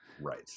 right